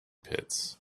pits